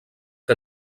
que